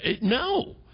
No